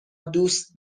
دوست